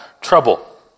trouble